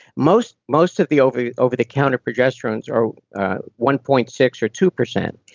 most most of the over the over the counter progesterones are one point six or two percent.